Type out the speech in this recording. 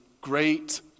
Great